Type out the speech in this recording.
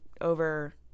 over